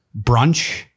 brunch